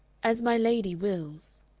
as my lady wills.